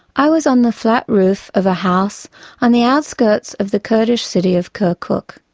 i was on the flat roof of a house on the outskirts of the kurdish city of kirkuk.